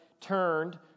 turned